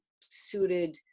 suited